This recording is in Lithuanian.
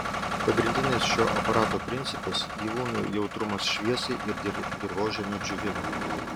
pagrindinis šio aparato principas gyvūnų jautrumas šviesai ir dirvožemio džiūvimui